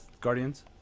guardians